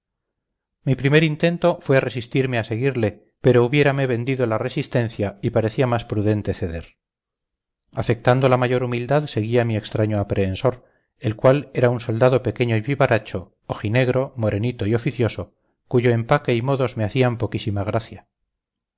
mi primer intento fue resistirme a seguirle pero hubiérame vendido la resistencia y parecía más prudente ceder afectando la mayor humildad seguí a mi extraño aprehensor el cual era un soldado pequeño y vivaracho ojinegro morenito y oficioso cuyo empaque y modos me hacían poquísima gracia